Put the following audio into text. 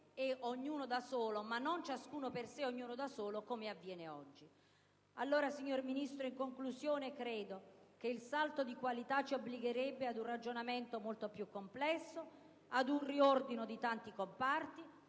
i propri ruoli, ma non ciascuno per sé e ognuno da solo come avviene oggi. Signor Ministro, in conclusione credo che il salto di qualità ci obbligherebbe ad un ragionamento molto più complesso, ad un riordino di tanti comparti,